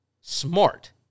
smart